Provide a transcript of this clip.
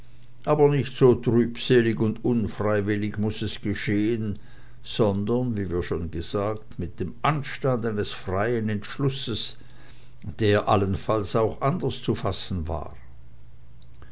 aber nicht so trübselig und unfreiwillig muß es geschehen sondern wie wir schon gesagt mit dem anstand eines freien entschlusses der allenfalls auch anders zu fassen war